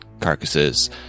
carcasses